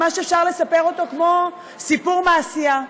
ממש אפשר לספר אותו כמו סיפור מעשייה.